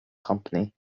company